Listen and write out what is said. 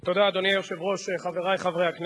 אדוני היושב-ראש, חברי הכנסת,